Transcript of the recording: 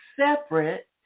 separate